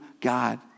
God